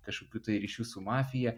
kažkokių tai ryšių su mafija